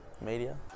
media